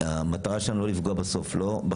המטרה שלנו לא לפגוע לא בחקלאות,